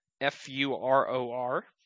f-u-r-o-r